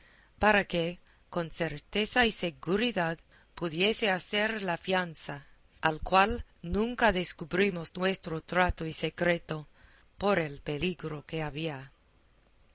para que con certeza y seguridad pudiese hacer la fianza al cual nunca descubrimos nuestro trato y secreto por el peligro que había